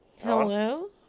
Hello